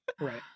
right